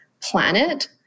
planet